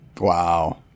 Wow